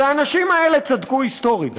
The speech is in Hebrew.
אז האנשים האלה צדקו היסטורית,